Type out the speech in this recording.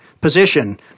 position